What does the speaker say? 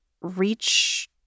reach